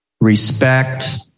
respect